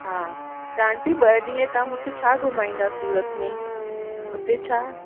हा त आंटी ॿ ॾींहं तव्हां मूंखे छा घुमाईंदा सूरत में उते छा